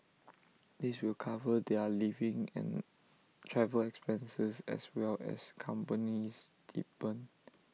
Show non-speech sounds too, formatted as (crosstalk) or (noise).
(noise) this will cover their living and travel expenses as well as company stipend